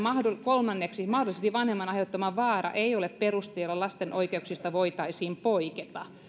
kolmanneksi mahdollisesti vanhemman aiheuttama vaara ei ole peruste jolla lasten oikeuksista voitaisiin poiketa